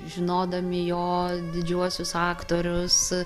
žinodami jo didžiuosius aktorius